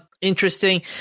interesting